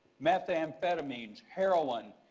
methamphetamines, heroin,